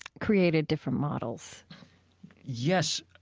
created different models yes.